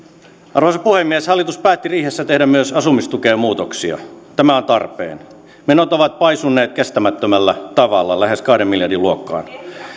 arvoisa puhemies hallitus päätti riihessä tehdä myös asumistukeen muutoksia tämä on tarpeen menot ovat paisuneet kestämättömällä tavalla lähes kahden miljardin luokkaan